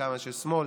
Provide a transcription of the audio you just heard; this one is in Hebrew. חלקם אנשי שמאל,